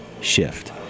shift